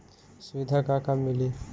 सुविधा का का मिली?